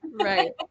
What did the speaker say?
Right